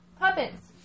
Puppets